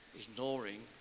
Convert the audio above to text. ignoring